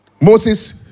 Moses